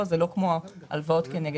--- כל פעם כשדחו את הדיון בשבוע נפלה הממשלה.